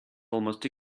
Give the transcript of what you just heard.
almost